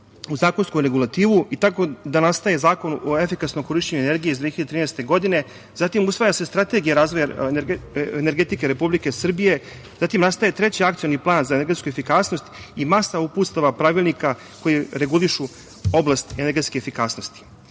u zakonsku regulativu. Tako nastaje Zakon o efikasnom korišćenju energije iz 2013. godine. Zatim, usvaja se Strategija razvoja energetike Republike Srbije. Zatim nastaje Treći akcioni plan za energetsku efikasnost i masa uputstava, pravilnika, koji regulišu oblast energetske efikasnosti. Zakon